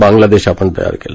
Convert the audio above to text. बांग्लादेश आपण तयार केला